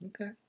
Okay